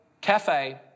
cafe